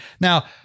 Now